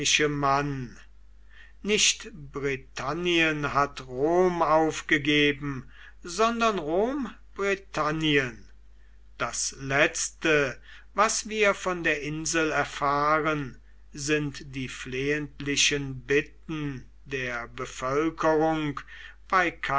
nicht britannien hat rom aufgegeben sondern rom britannien das letzte was wir von der insel erfahren sind die flehentlichen bitten der bevölkerung bei